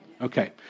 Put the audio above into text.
Okay